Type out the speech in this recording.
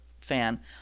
fan